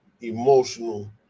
emotional